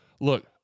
Look